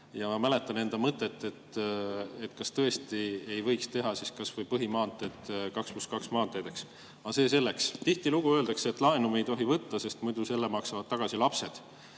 Ma mäletan enda mõtet, et kas tõesti ei võiks teha siis kas või põhimaanteed 2 + 2 maanteedeks. Aga see selleks. Tihtilugu öeldakse, et laenu me ei tohi võtta, sest selle peavad tagasi maksma